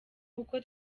nkuko